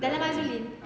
dalam